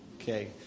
Okay